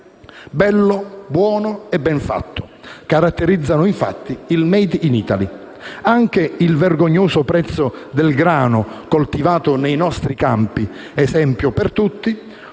bello, buono e ben fatto caratterizzano infatti il *made in Italy*. Anche il vergognoso prezzo del grano coltivato nei nostri campi, esempio per tutti,